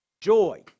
joy